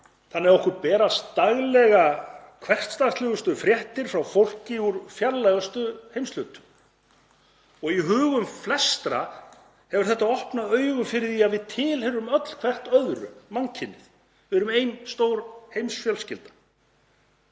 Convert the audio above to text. þannig að okkur berast daglega hversdagslegustu fréttir frá fólki úr fjarlægustu heimshlutum. Í hugum flestra hefur þetta opnað augun fyrir því að við tilheyrum öll hvert öðru, mannkynið. Við erum ein stór heimsfjölskylda.